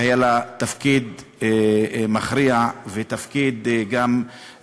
שהיה לה תפקיד מכריע וחשוב